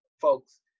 folks